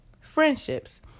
friendships